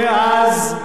שמאז,